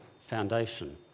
foundation